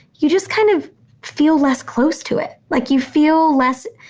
you just kind of feel less close to it. like you feel less,